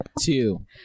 two